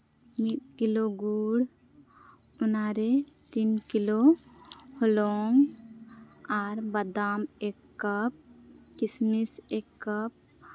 ᱢᱤᱫ ᱠᱤᱞᱳ ᱜᱩᱲ ᱚᱱᱟᱨᱮ ᱛᱤᱱ ᱠᱤᱞᱳ ᱦᱚᱞᱚᱝ ᱟᱨ ᱵᱟᱫᱟᱢ ᱮᱠ ᱠᱟᱯ ᱠᱤᱥᱢᱤᱥ ᱮᱠ ᱠᱟᱯ